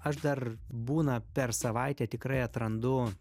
aš dar būna per savaitę tikrai atrandu